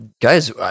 Guys